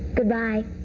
good-bye.